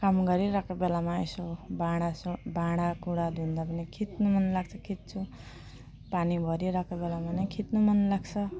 काम गरिरहेको बेलामा यसो भाँडा साँ भाँडा कुँडा धुँधा पनि खिच्नु मन लाग्छ खिच्छु पानी भरिरहेको बेलामा पनि खिच्नु मन लाग्छ